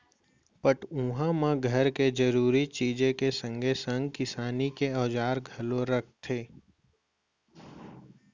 पटउहाँ म घर के जरूरी चीज के संगे संग किसानी के औजार घलौ ल रखथे